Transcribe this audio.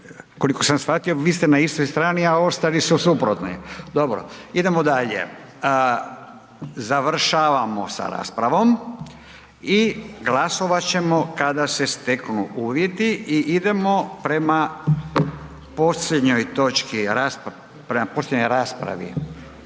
Koliko sam shvatio, vi ste na istoj strani, a ostali su suprotni. Dobro. Idemo dalje. Završavamo sa raspravom i glasovat ćemo kada se steknu uvjeti. **Jandroković, Gordan